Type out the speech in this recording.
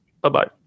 Bye-bye